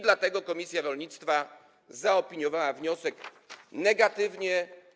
Dlatego komisja rolnictwa zaopiniowała wniosek negatywnie.